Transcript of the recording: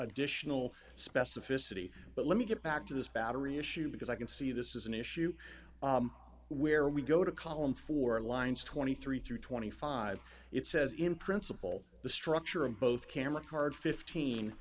additional specificity but let me get back to this battery issue because i can see this is an issue where we go to column four lines twenty three through twenty five it says in principle the structure of both camera card fifteen